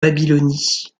babylonie